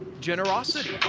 generosity